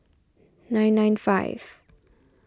nine nine five